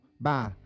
Bye